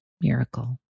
miracle